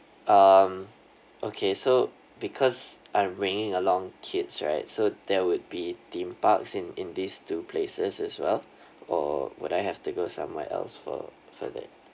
um okay so because I'm bringing along kids right so there would be theme parks in in these two places as well or would I have to go somewhere else for for that